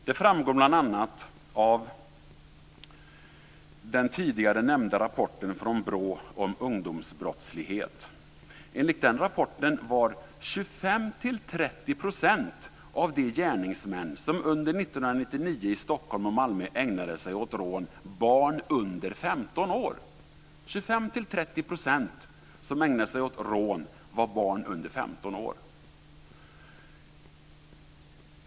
Det framgår bl.a. av den tidigare nämnda rapporten från BRÅ om ungdomsbrottslighet. Enligt den rapporten var 25-30 % av de gärningsmän som under 1999 i Stockholm och Malmö ägnade sig åt rån barn under 15 år. 25-30 % av dem som ägnade sig åt rån var barn under 15 år.